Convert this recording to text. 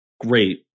great